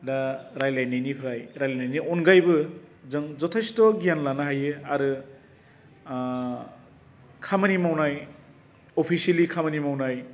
दा रायलायनायनिफ्राय रायलायनायनि अनगायैबो जों जथेस्थ' गियान लानो हायो आरो खामानि मावनाय अफिसियेलि खामानि मावनाय